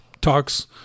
talks